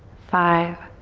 five,